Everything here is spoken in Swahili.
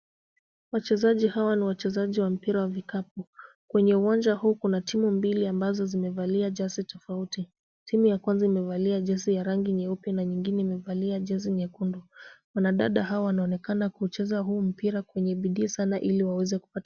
Wachezaji hawa ni wachezaji wa mpira wa vikapu. Kwenye uwanja huu kuna timu mbili ambazo zimevalia jezi tofauti. Timu ya kwanza imevalia jezi ya rangi nyeupe na nyingine imevalia jezi nyekundu. Wanadada hawa wanaonekana kuucheza huu mpira kwenye bidii sana ili waweze kupata.